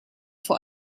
vor